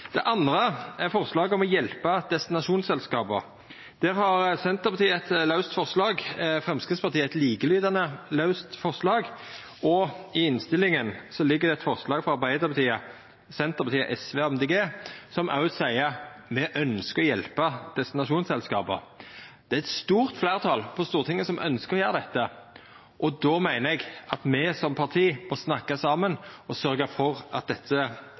Det andre er forslaget om å hjelpa destinasjonsselskapa. Der har Senterpartiet eit laust forslag, Framstegspartiet eit likelydande laust forslag, og i innstillinga ligg det eit forslag frå Arbeidarpartiet, Senterpartiet, SV og Miljøpartiet Dei Grøne som òg seier at me ønskjer å hjelpa destinasjonsselskapa. Det er eit stort fleirtal på Stortinget som ønskjer å gjera dette, og då meiner eg at me som parti må snakka saman og sørgja for at dette